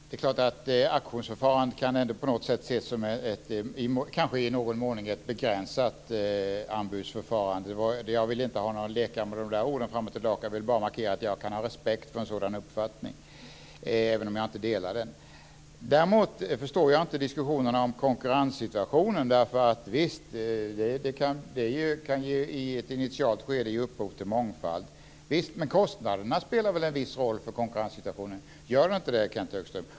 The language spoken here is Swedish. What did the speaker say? Herr talman! Auktionsförfarande kan ändå på något sätt ses som ett kanske i någon mån begränsat anbudsförfarande. Jag vill inte leka med orden fram och tillbaka, jag vill bara markera att jag kan ha respekt för en sådan uppfattning även om jag inte delar den. Däremot förstår jag inte diskussionen om konkurrenssituationen. Visst, det kan i ett initialt skede ge upphov till mångfald. Men kostnaderna spelar väl en viss roll för konkurenssituationen? Gör de inte det, Kenth Högström?